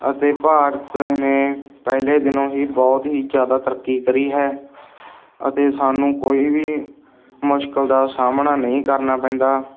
ਅਤੇ ਭਾਰਤ ਨੇ ਪਹਿਲੇ ਦਿਨੋਂ ਹੀ ਬਹੁਤ ਹੀ ਜ਼ਿਆਦਾ ਤਰੱਕੀ ਕਰੀ ਹੈ ਅਤੇ ਸਾਨੂੰ ਕੋਈ ਵੀ ਮੁਸ਼ਕਲ ਦਾ ਸਾਹਮਣਾ ਨਹੀਂ ਕਰਨਾ ਪੈਂਦਾ